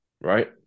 right